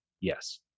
yes